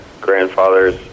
grandfather's